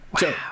Wow